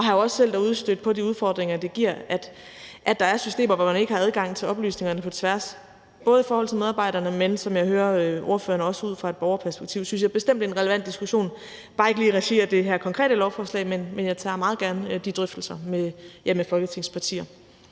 er jo også selv derude stødt på de udfordringer, det giver, at der er systemer, hvor man ikke har adgang til oplysningerne på tværs. Både for medarbejderne, men – som jeg hører ordføreren – også set ud fra et borgerperspektiv synes jeg bestemt det er en relevant diskussion, bare ikke lige i regi af det her konkrete lovforslag. Men jeg tager meget gerne de drøftelser med Folketingets partier.